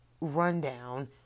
rundown